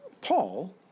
Paul